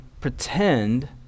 pretend